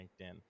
LinkedIn